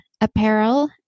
Apparel